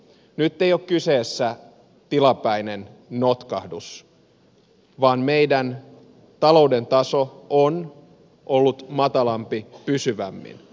nyt ei ole kyseessä tilapäinen notkahdus vaan meidän taloutemme taso on ollut matalampi pysyvämmin